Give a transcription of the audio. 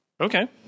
Okay